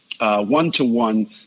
one-to-one